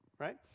right